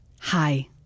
Hi